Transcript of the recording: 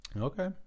Okay